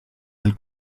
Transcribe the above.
del